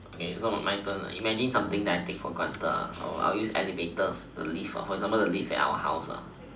okay so my turn imagine something that I take for granted imagine I'll use the elevator the lift example imagine the lift at our house